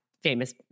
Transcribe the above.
famous